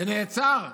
זה נעצר,